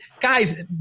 guys